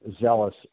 zealous